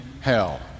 hell